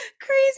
crazy